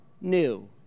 new